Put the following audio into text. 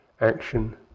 action